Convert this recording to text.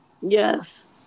yes